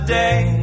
day